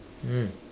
mm